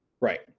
Right